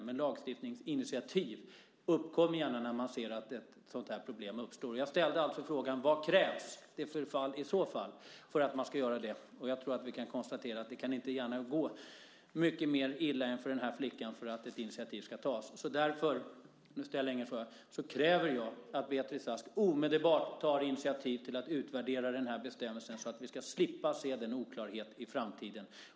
Men lagstiftningsinitiativ uppkommer gärna när man ser att ett problem uppstår. Jag ställde frågan vad som i så fall krävs för att man ska ta ett sådant initiativ. Det kan inte gärna gå mycket värre än vad det har gjort för den här flickan, för att ett initiativ kan tas. Därför kräver jag att Beatrice Ask omedelbart tar initiativ till att utvärdera den här bestämmelsen, så att vi ska slippa se denna oklarhet i framtiden!